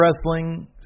wrestling